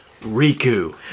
Riku